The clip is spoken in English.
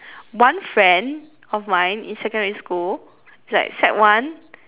one friend of mine in secondary school like sec one